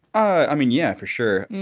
i mean, yeah, for sure.